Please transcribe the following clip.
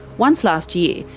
once, last year,